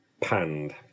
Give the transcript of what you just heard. panned